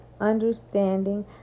understanding